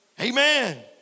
Amen